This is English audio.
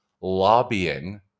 lobbying